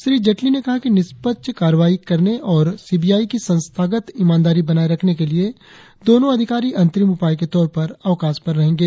श्री जेटली ने कहा कि निष्पक्ष कार्रवाई करने और सीबीआई की संस्थागत ईमानदारी बनाए रखने के लिए दोनों अधिकारी अंतरिम उपाय के तौर पर अवकाश पर रहेंगे